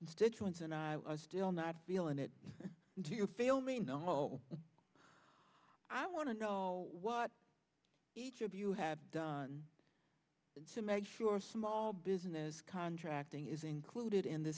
constituents and i was still not feeling it do you feel me no i want to know what each of you have done to make sure our small business contracting is included in